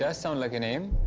yeah sounds like a name.